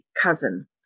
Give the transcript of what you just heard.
cousin